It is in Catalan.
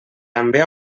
també